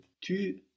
Tu